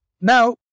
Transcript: Now